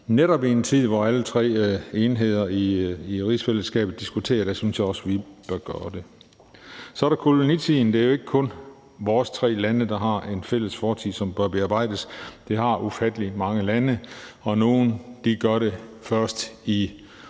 Netop i en tid, hvor alle tre enheder i rigsfællesskabet diskuterer, synes jeg også, at vi bør gøre det. Så er der kolonitiden. Det er jo ikke kun vores tre lande, der har en fælles fortid, som bør bearbejdes; det har ufattelig mange lande. Nogle gør det først